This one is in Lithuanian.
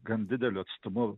gan dideliu atstumu